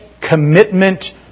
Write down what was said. commitment